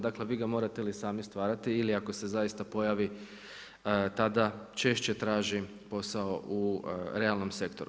Dakle, vi ga morate ili sami stvarati, ili ako se zaista pojavi, tada češće tražim posao u realnom sektoru.